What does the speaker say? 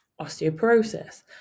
osteoporosis